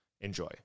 Enjoy